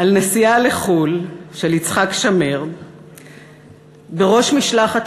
על נסיעה לחו"ל של יצחק שמיר בראש משלחת